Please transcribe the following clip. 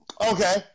Okay